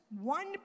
one